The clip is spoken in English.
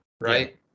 right